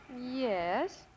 Yes